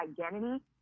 identity